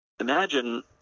imagine